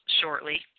shortly